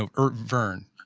ah or verne?